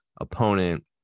opponent